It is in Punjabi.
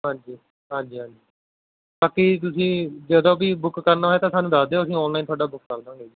ਹਾਂਜੀ ਹਾਂਜੀ ਹਾਂਜੀ ਬਾਕੀ ਤੁਸੀਂ ਜਦੋਂ ਵੀ ਬੁੱਕ ਕਰਨਾ ਹੋਇਆ ਤਾਂ ਸਾਨੂੰ ਦੱਸ ਦਿਉ ਅਸੀਂ ਔਨਲਾਈਨ ਤੁਹਾਡਾ ਬੁੱਕ ਕਰ ਦਾਂਗੇ ਜੀ